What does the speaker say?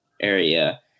area